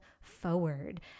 forward